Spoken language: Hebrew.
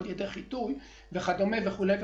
חיטוי וכן הלאה,